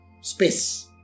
Space